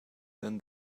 than